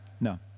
no